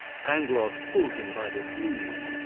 pangloss pulled him by the sleeve.